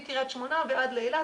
מקרית שמונה ועד לאילת,